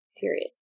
Period